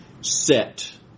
set